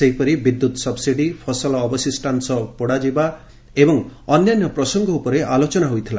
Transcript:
ସେହିପରି ବିଦ୍ୟୁତ୍ ସବ୍ସିଡି ଫସଲ ଅବଶିଷ୍ଟାଂଶ ପୋଡ଼ାଯିବା ଏବଂ ଅନ୍ୟାନ୍ୟ ପ୍ରସଙ୍ଗ ଉପରେ ଆଲୋଚନା ହୋଇଥିଲା